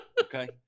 Okay